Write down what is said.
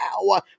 now